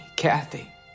Kathy